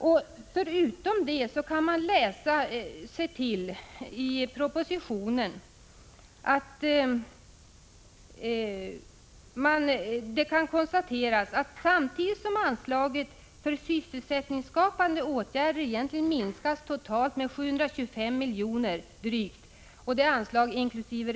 Man kan dessutom läsa sig till i propositionen att samtidigt som anslaget för sysselsättningsskapande åtgärder egentligen minskas totalt med drygt 725 miljoner — det är anslag inkl.